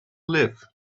live